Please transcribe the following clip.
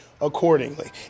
accordingly